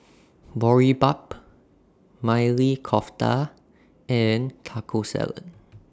Boribap Maili Kofta and Taco Salad